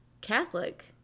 Catholic